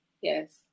Yes